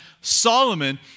Solomon